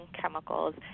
chemicals